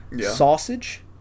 Sausage